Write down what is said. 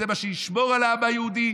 זה מה שישמור על העם היהודי,